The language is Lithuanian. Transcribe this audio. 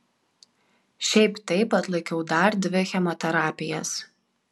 šiaip taip atlaikiau dar dvi chemoterapijas